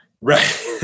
Right